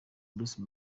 bruce